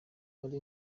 kuri